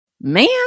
Man